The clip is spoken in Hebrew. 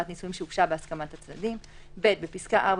נישואין שהוגשה בהסכמת הצדדים"; (ב) בפסקה (4),